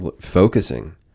focusing